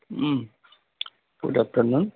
good afternoon